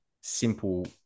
simple